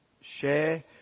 share